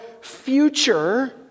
future